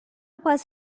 was